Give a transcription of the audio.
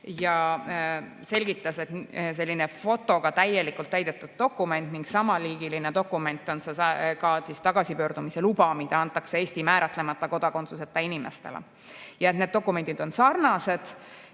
ja selgitas, et selline fotoga täielikult täidetud dokument ning samaliigiline dokument on ka tagasipöördumise luba, mida antakse Eesti määratlemata kodakondsusega inimestele. Kallasmaa ütles, et need dokumendid on sarnased